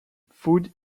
food